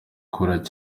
kubakira